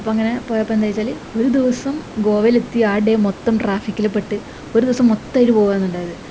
അപ്പം അങ്ങനെ പോയപ്പം എന്തായെന്ന് വച്ചാല് ഒരു ദിവസം ഗോവയില് എത്തി ആ ഡേ മൊത്തം ട്രാഫിക്കില് പെട്ട് ഒരു ദിവസം മൊത്തമായിട്ട് പോവുകയാണുണ്ടായത്